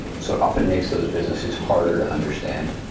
so it often makes those businesses harder to understand.